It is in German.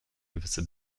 gewisse